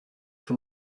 for